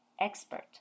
Expert